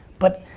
but,